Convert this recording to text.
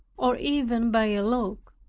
or even by a look.